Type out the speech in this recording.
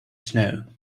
snow